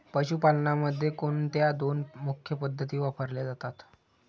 पशुपालनामध्ये कोणत्या दोन मुख्य पद्धती वापरल्या जातात?